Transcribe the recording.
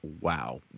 wow